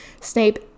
Snape